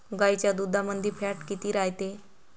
गाईच्या दुधामंदी फॅट किती रायते?